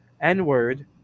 N-word